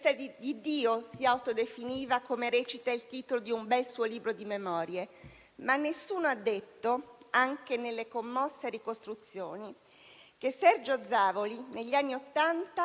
Signor Presidente, non ho avuto la fortuna di conoscere personalmente Sergio Zavoli, ma ho dei ricordi: il mio primo ricordo è TV7,